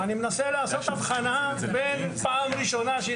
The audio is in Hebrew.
אני מנסה לעשות הבחנה בין פעם ראשונה שהיא